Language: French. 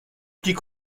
petit